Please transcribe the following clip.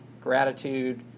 gratitude